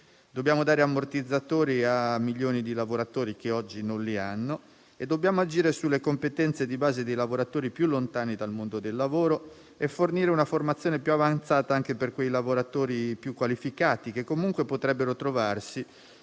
Dobbiamo dare ammortizzatori a milioni di lavoratori che oggi non li hanno. E dobbiamo agire sulle competenze di base dei lavoratori più lontani dal mondo del lavoro e fornire una formazione più avanzata anche per quei lavoratori più qualificati che comunque potrebbero trovarsi